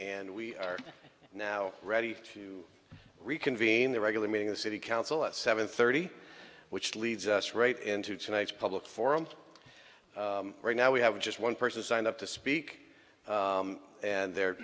and we are now ready to reconvene the regular meeting the city council at seven thirty which leads us right into tonight's public forum right now we have just one person signed up to speak and their